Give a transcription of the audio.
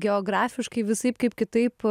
geografiškai visaip kaip kitaip